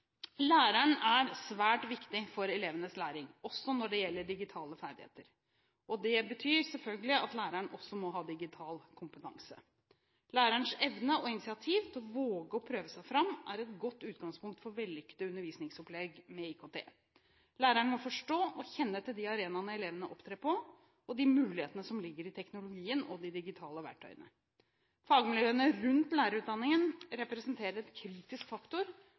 Læreren er svært viktig for elevenes læring, også når det gjelder digitale ferdigheter. Det betyr selvfølgelig at læreren også må ha digital kompetanse. Lærerens evne og initiativ til å våge å prøve seg fram er et godt utgangspunkt for vellykkede undervisningsopplegg med IKT. Læreren må forstå og kjenne til de arenaene elevene opptrer på, og de mulighetene som ligger i teknologien og i de digitale verktøyene. Fagmiljøene rundt lærerutdanningene representerer en kritisk faktor